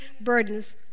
burdens